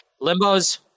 limbo's